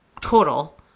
Total